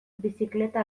bizikleta